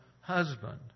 husband